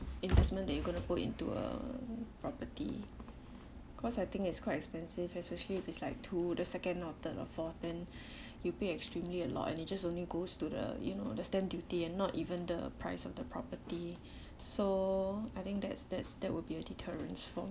investment that you gonna put into a property cause I think it's quite expensive especially if it's like two the second or third or fourth then you pay extremely a lot and it just only goes to the you know the stamp duty and not even the price of the property so I think that's that's that would be a deterrence for